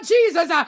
Jesus